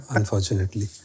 Unfortunately